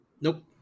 Nope